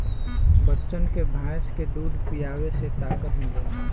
बच्चन के भैंस के दूध पीआवे से ताकत मिलेला